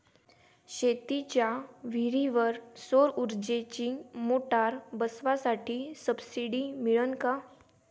शेतीच्या विहीरीवर सौर ऊर्जेची मोटार बसवासाठी सबसीडी मिळन का?